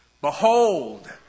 Behold